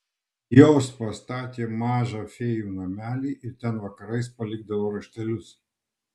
jos pastatė mažą fėjų namelį ir ten vakarais palikdavo raštelius